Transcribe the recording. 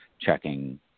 checking